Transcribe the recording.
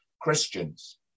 Christians